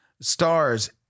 stars